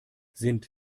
sind